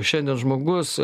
šiandien žmogus